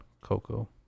Coco